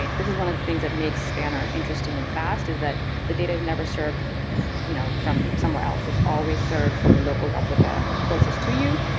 this is one of the things that makes spanner interesting and fast is that the data is never served you know from somewhere else. it's always served from the local replica closest to you.